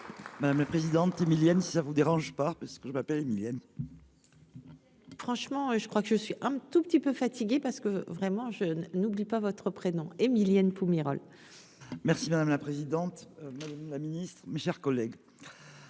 Madame le président, si ça vous dérange pas, parce que je m'appelle Émilienne. Franchement, je crois que je suis un tout petit peu fatigué parce que vraiment je n'oublie pas votre prénom Émilienne Pumerole. Merci madame la présidente, la Ministre, mes chers collègues.